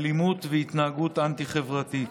אלימות והתנהגות אנטי-חברתית.